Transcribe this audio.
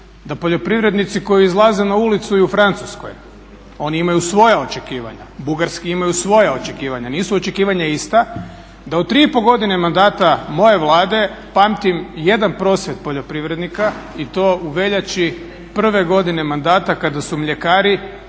da poljoprivrednici koji izlaze na ulicu i u Francuskoj oni imaju svoja očekivanja, bugarski imaju svoja očekivanja. Nisu očekivanja ista da u tri i pol godine mandata moje Vlade pamtim jedan prosvjed poljoprivrednika i to u veljači prve godine mandata kada su mljekari